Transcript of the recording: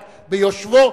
לא.